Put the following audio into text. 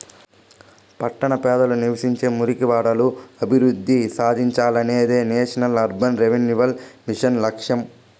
పట్టణ పేదలు నివసించే మురికివాడలు అభివృద్ధి సాధించాలనేదే నేషనల్ అర్బన్ రెన్యువల్ మిషన్ లక్ష్యం